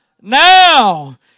Now